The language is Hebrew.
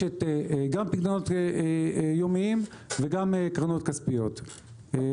גם פיקדונות יומיים וגם קרנות כספיות,